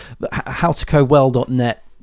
howtocowell.net